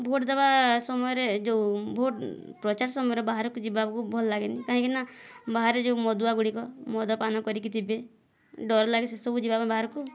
vote ଦେବା ସମୟରେ ଯେଉଁ ଭୋଟ୍ ପ୍ରଚାର ସମୟରେ ବାହାରକୁ ଯିବାକୁ ଭଲ ଲାଗେନି କାହିଁକି ନା ବାହାରେ ଯୋଉ ମଦୁଆ ଗୁଡ଼ିକ ମଦ୍ୟପାନ କରିକି ଥିବେ ଡ଼ର ଲାଗେ ସେସବୁ ଯିବା ପାଇଁ ବାହାରକୁ